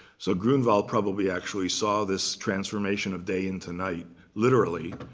so grunewald probably actually saw this transformation of day into night, literally,